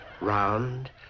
round